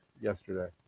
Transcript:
yesterday